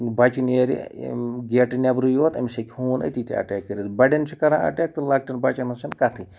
بَچہِ نیرِ گیٹہٕ نٮ۪بٕرے یوت أمِس ہیٚکہِ ہوٗن أتی تہِ اَٹیک کٔرِتھ بَڑٮ۪ن چھ کَران اَٹیک تہٕ لۄکٹٮ۪ن بَچَن ہٕںٛز چھَنہٕ کَتھٕے